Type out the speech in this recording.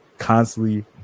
constantly